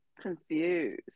Confused